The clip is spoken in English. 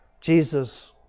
Jesus